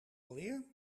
alweer